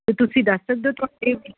ਤੇ ਤੁਸੀਂ ਦੱਸ ਸਕਦੇ ਹੋ ਤੁਹਾਡੇ